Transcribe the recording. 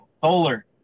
Solar